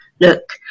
look